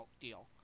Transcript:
deal